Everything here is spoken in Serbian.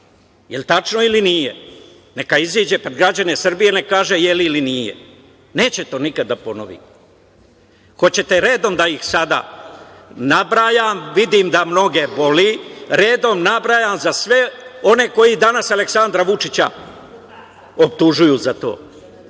Jel tačno ili nije? Neka izađe pred građane Srbije i neka kaže, jeli ili nije? Neće to nikada da ponovi. Hoćete redom da ih sada nabrajam, vidim da mnoge boli, redom nabrajam za sve one koji danas Aleksandra Vučića optužuju za to.